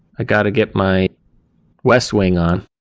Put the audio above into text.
i got to get my west wing on.